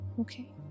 Okay